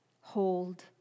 Hold